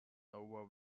over